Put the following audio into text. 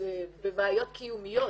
בבעיות קיומיות,